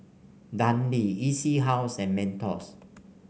Dundee E C House and Mentos